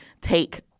take